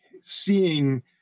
seeing